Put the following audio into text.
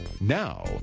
now